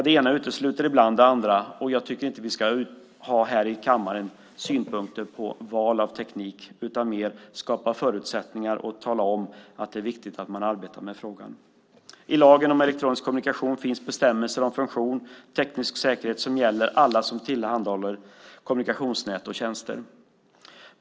Det ena utesluter ibland det andra. Jag tycker inte att vi här i kammaren ska ha synpunkter på val av teknik utan mer skapa förutsättningar och tala om att det är viktigt att man arbetar med frågan. I lagen om elektronisk kommunikation finns bestämmelser om funktion och teknisk säkerhet som gäller alla som tillhandahåller kommunikationsnät och tjänster.